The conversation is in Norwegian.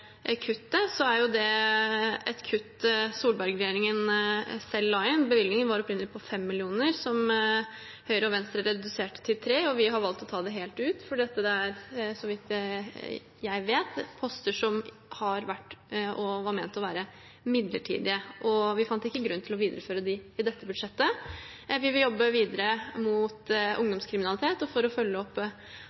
er det et kutt Solberg-regjeringen selv la inn. Bevilgningen var opprinnelig på 5 mill. kr, som Høyre og Venstre reduserte til 3 mill. kr. Vi har valgt å ta det helt ut, fordi det, så vidt jeg vet, er poster som har vært og var ment å være midlertidige, og vi fant ikke grunn til å videreføre dem i dette budsjettet. Vi vil jobbe videre mot ungdomskriminalitet og for å følge opp